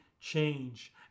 change